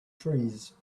trees